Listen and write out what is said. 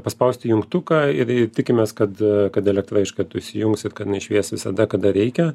paspausti jungtuką ir ir tikimės kad kad elektra iš karto įsijungs ir kad jinai švies visada kada reikia